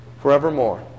forevermore